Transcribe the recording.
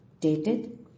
dated